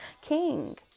king